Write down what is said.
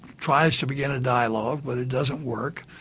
tries to begin a dialogue but it doesn't work.